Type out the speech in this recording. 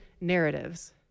narratives